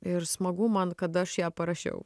ir smagu man kad aš ją parašiau